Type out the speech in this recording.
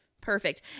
perfect